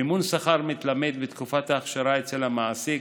מימון שכר מתלמד בתקופת ההכשרה אצל המעסיק,